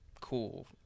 cool